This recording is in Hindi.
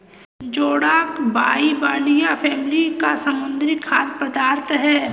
जोडाक बाइबलिया फैमिली का समुद्री खाद्य पदार्थ है